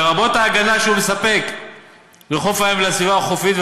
לרבות ההגנה שהוא מספק לחוף הים ולסביבה החופית,